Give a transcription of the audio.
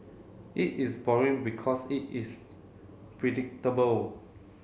it is boring because it is predictable